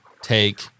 take